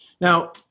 Now